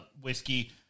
whiskey